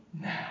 now